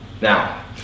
Now